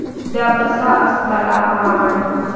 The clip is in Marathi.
उद्या कसा आसतला हवामान?